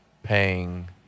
paying